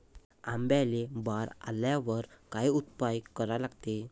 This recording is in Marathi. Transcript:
आंब्याले बार आल्यावर काय उपाव करा लागते?